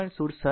તેથી 1 4